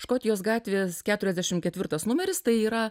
škotijos gatvės ketueiasdešimt ketvirtas numeris tai yra